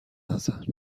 نزن